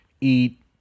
eat